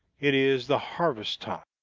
it is the harvest time.